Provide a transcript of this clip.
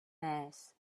mass